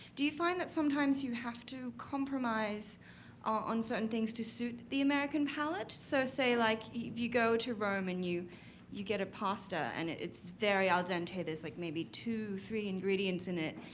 do you find that sometimes you have to compromise on certain things to suit the american palate? so, say like if you go to rome and you you get a pasta and it's very al dente there's like maybe two, three ingredients in it.